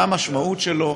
מה המשמעות שלו,